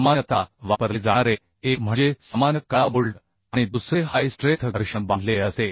सामान्यतः वापरले जाणारे एक म्हणजे सामान्य काळा बोल्ट आणि दुसरे हाय स्ट्रेंथ घर्षण बांधलेले असते